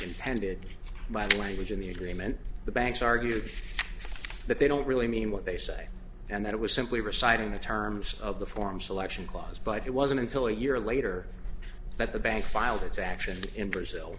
intended by language in the agreement the banks argue that they don't really mean what they say and that it was simply reciting the terms of the form selection clause but it wasn't until a year later that the bank filed its action in brazil